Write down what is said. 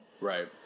Right